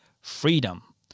freedom